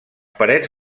parets